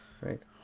right